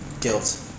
guilt